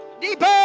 deeper